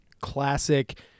classic